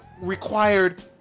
required